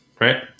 right